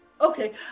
okay